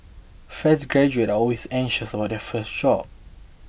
fresh graduates are always anxious about their first job